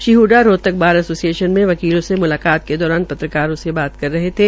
श्री हडडा ने Rohtak bar association में वकीलों से मुलाकात के दौरान पत्रकारों से बातचीत कर रहे थे